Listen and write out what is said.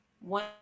one